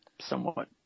somewhat